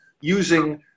using